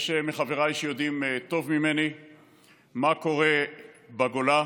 יש מחבריי שיודעים טוב ממני מה קורה בגולה: